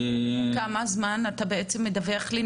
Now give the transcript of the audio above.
עוד כמה זמן אתה מדווח לי?